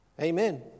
Amen